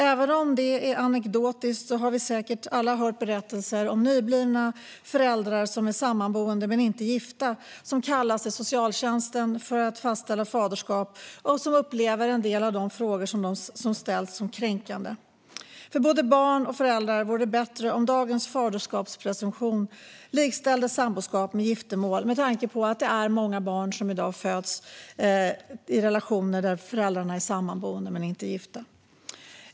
Även om det är anekdotiskt har vi säkert alla hört berättelser om nyblivna föräldrar som är sammanboende men inte gifta, vilka kallas till socialtjänsten för att fastställa faderskap och som upplever en del av de frågor som ställs som kränkande. För både barn och föräldrar vore det bättre om dagens faderskapspresumtion likställde samboskap med giftermål med tanke på att det är många barn som i dag föds i relationer där föräldrarna är sammanboende men inte gifta.